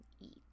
eat